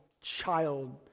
child